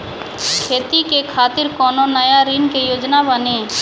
खेती के खातिर कोनो नया ऋण के योजना बानी?